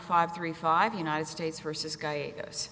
five three five united states versus guy